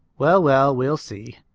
well, well, we'll see.